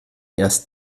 erst